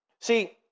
See